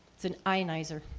it's an ionizer.